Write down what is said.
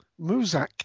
Muzak